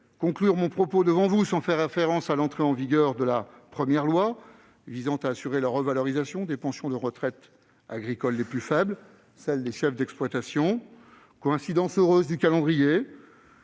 conclure mon propos sans faire référence à l'entrée en vigueur de la première loi visant à assurer la revalorisation des pensions de retraite agricoles les plus faibles, celles des chefs d'exploitation. Coïncidence heureuse du calendrier,